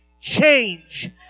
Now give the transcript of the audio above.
change